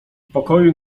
pokoju